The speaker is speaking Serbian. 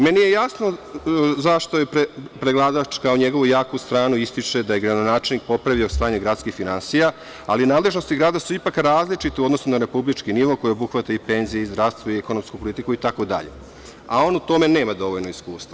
Meni je jasno zašto predlagač kao njegovu jaku stranu ističe da je gradonačelnik popravio stanje gradskih finansija, ali nadležnosti grada su ipak različite u odnosu na republički nivo, koji obuhvata i penzije i zdravstvo i ekonomsku politiku itd, a on u tome nema dovoljno iskustva.